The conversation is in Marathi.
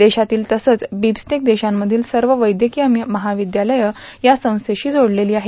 देशातील तसेच बिमस्टेक देशांमधील सव वैद्यकांय मर्हावद्यालये या संस्थेशी जोडलेले आहेत